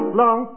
long